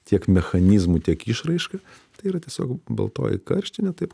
tiek mechanizmu tiek išraiška tai yra tiesiog baltoji karštinė taip